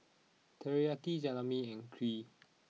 Teriyaki Jalebi and Kheer